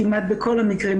כמעט בכל המקרים,